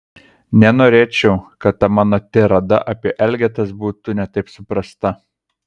nenorėčiau kad ta mano tirada apie elgetas būtų ne taip suprasta